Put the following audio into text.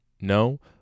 no